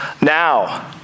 now